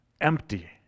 empty